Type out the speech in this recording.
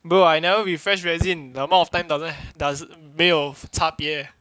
bro I never refresh resin the amount of time doesn't does 没有差别